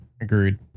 Agreed